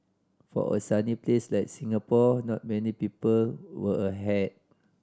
for a sunny place like Singapore not many people wear a hat